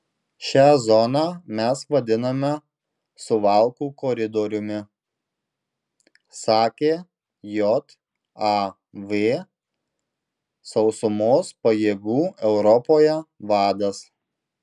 šią zoną mes vadiname suvalkų koridoriumi sakė jav sausumos pajėgų europoje vadas